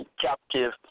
Captive